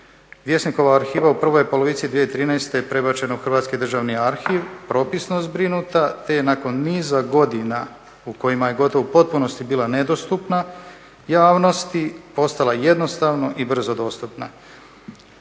Vjesnikova arhiva u prvoj je polovici 2013. prebačena u Hrvatski državni arhiv, propisno zbrinuta te je nakon niza godina u kojima je gotovo u potpunosti bila nedostupna javnosti postala jednostavno i brzo dostupna.